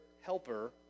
helper